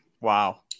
Wow